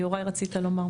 יוראי, רצית לומר משהו.